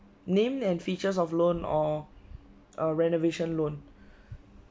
named and features of loan or a renovation loan